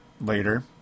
later